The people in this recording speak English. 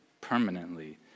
permanently